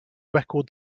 record